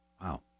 wow